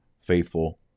faithful